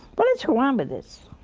well, let's go on with this.